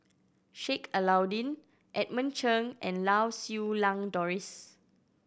Sheik Alau'ddin Edmund Cheng and Lau Siew Lang Doris